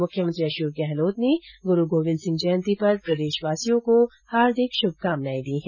मुख्यमंत्री अशोक गहलोत ने गुरू गोविन्द सिंह जयंती पर प्रदेशवासियों को शुभकामनाएं दी है